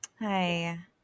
hi